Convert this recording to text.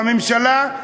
בממשלה,